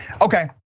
Okay